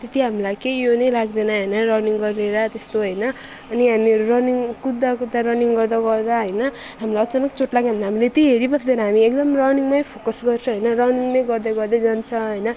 त्यति हामीलाई केही उयो नै लाग्दैन होइन रनिङ गरेर त्यस्तो होइन अनि हामीहरू रनिङ कुद्दा कुद्दा रनिङ गर्दा गर्दा होइन हामीलाई अचानक चोट लाग्यो भने हामीले त्यहीँ हेरिबस्दैन हामी एकदम रनिङमै फोकस गर्छ होइन रनिङमै गर्दै गर्दै जान्छ होइन